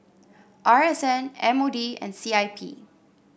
R S N M O D and C I P